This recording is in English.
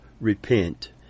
repent